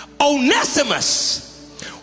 Onesimus